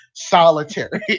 Solitary